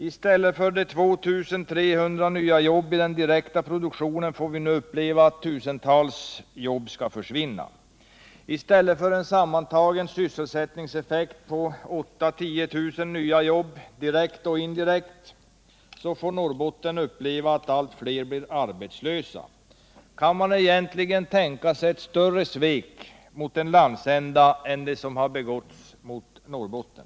I stället för 2 300 nya jobb i den direkta produktionen får vi nu uppleva att tusentals jobb skall försvinna. I stället för en sammantagen sysselsättningseffekt på 8 000 nya jobb direkt och indirekt får Norrbotten nu uppleva hur allt fler blir arbetslösa. Kan man egentligen tänka sig större svek mot en landsända än det som har begåtts mot Norrbotten?